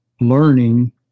learning